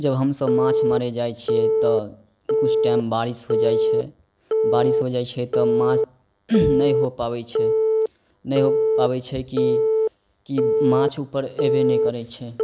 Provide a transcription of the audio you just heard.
जब हमसभ माछ मारै जाइ छिए तऽ उस टाइम बारिश हो जाइ छै बारिश हो जाइ छै तऽ माछ नहि हो पाबै छै नहि हो पाबै छै कि कि माछ उपर अएबे नहि करै छै